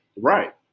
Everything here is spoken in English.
Right